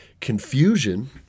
confusion